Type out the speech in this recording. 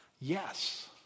Yes